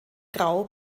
grau